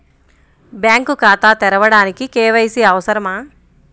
Bank ఖాతా తెరవడానికి KYC అవసరమా?